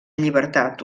llibertat